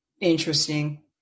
Interesting